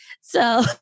So-